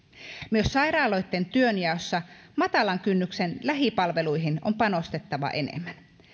myös sairaaloitten työnjaossa matalan kynnyksen lähipalveluihin on panostettava enemmän